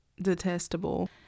detestable